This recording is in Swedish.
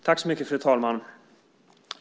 Fru talman!